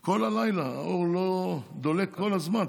כל הלילה, האור דולק כל הזמן.